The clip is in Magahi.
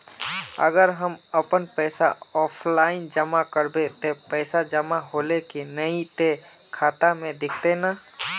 अगर हम अपन पैसा ऑफलाइन जमा करबे ते पैसा जमा होले की नय इ ते खाता में दिखते ने?